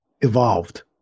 evolved